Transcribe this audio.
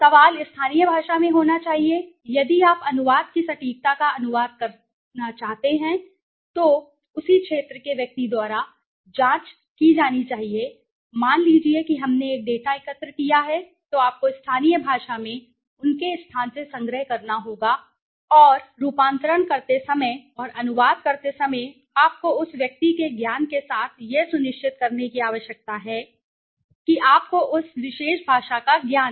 सवाल स्थानीय भाषा में होना चाहिए यदि आप अनुवाद की सटीकता का अनुवाद करना चाहते हैं तो उसी क्षेत्र के व्यक्ति द्वारा जांच की जानी चाहिए मान लीजिए कि हमने एक डेटा एकत्र किया है तो आपको स्थानीय भाषा में उनके स्थान से संग्रह करना होगा और रूपांतरण करते समय और अनुवाद करते समय आपको उस व्यक्ति के ज्ञान के साथ यह सुनिश्चित करने की आवश्यकता है कि आपको उस विशेष भाषा का ज्ञान है